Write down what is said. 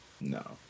No